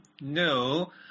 no